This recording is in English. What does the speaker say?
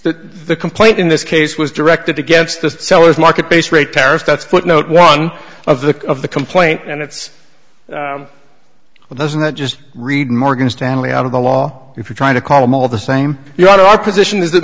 the complaint in this case was directed against the seller's market based rate terrorist that's footnote one of the of the complaint and it's well doesn't that just read morgan stanley out of the law if you try to call them all the same you know our position is